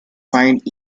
signed